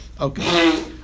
Okay